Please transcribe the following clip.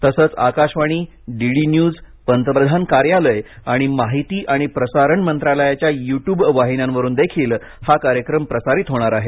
तसंच Akashvani DD news पंतप्रधान कार्यालय आणि माहिती आणि प्रसारण मंत्रालयाच्या युट्युब वाहिन्यांवरूनही हा कार्यक्रम प्रसारित होणार आहे